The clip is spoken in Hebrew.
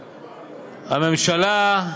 הממשלה,